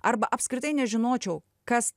arba apskritai nežinočiau kas